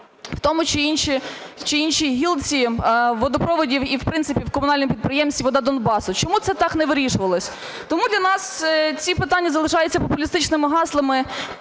в тій чи іншій гілці водопроводів і, в принципі, комунальних підприємствах Донбасу? Чому це так не вирішувалось? Тому для нас ці питання залишаються популістичними гаслами